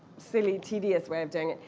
silly, tedious way of doing it.